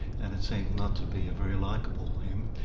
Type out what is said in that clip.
and it seems not to be a very likeable him,